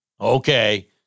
Okay